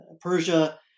Persia